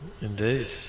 Indeed